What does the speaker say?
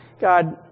god